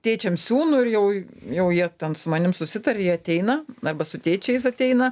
tėčiams siūnu ir jau jau jie ten su manim susitarė jie ateina arba su tėčiais ateina